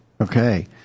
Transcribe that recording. Okay